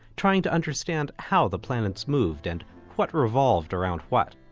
trying to understand how the planets moved and what revolved around what.